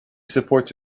supports